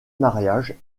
mariage